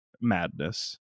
madness